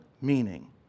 meaning